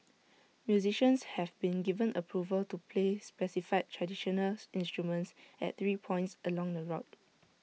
musicians have been given approval to play specified traditional instruments at three points along the route